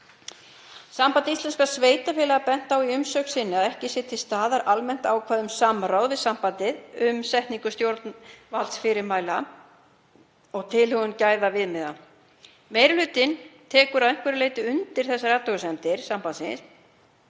Samband íslenskra sveitarfélaga benti á í umsögn sinni að ekki sé til staðar almennt ákvæði um samráð við sambandið um setningu stjórnvaldsfyrirmæla og tilhögun gæðaviðmiða. Meiri hlutinn tekur að einhverju leyti undir þessar athugasemdir sambandsins